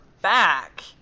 back